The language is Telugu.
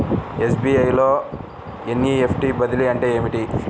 ఎస్.బీ.ఐ లో ఎన్.ఈ.ఎఫ్.టీ బదిలీ అంటే ఏమిటి?